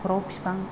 न'खराव बिफां